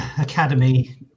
Academy